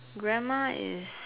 grandma is